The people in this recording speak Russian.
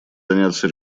заняться